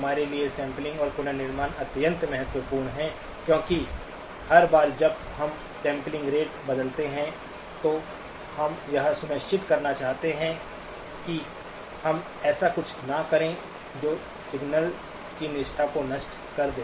हमारे लिए सैंपलिंग और पुनर्निर्माण अत्यंत महत्वपूर्ण हैं क्योंकि हर बार जब हम सैंपलिंग रेट बदलते हैं तो हम यह सुनिश्चित करना चाहते हैं कि हम ऐसा कुछ न करें जो सिग्नल्स की निष्ठा को नष्ट कर दे